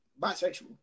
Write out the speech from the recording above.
bisexual